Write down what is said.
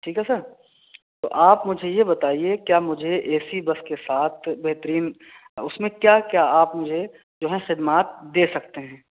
ٹھیک ہے سر تو آپ مجھے یہ بتائیے کیا مجھے اے سی بس کے ساتھ بہترین اس میں کیا کیا آپ مجھے جو ہے خدمات دے سکتے ہیں